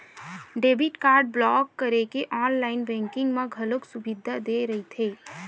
debit card block करे के online banking म घलो सुबिधा दे रहिथे